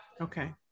Okay